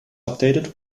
updated